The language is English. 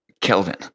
Kelvin